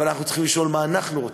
אבל אנחנו צריכים לשאול מה אנחנו רוצים,